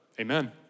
Amen